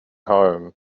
home